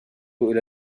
إلى